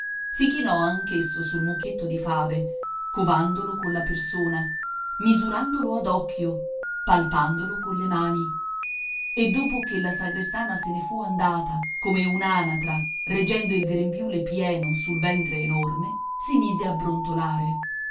si chinò anch'esso sul mucchietto di fave covandolo colla persona misurandolo ad occhio palpandolo colle mani e dopo che la sagrestana se ne fu andata come un'anatra reggendo il grembiule pieno sul ventre enorme si mise a brontolare